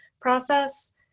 process